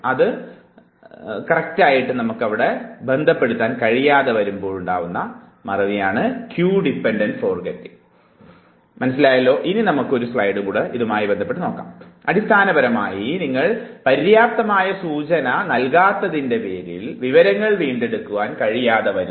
അടിസ്ഥാനപരമായി നിങ്ങൾ പര്യാപ്തമായ സൂചന നൽകാത്തതിൽപക്ഷം വിവരങ്ങൾ വീണ്ടെടുക്കുവാൻ കഴിയാതെ വരുന്നു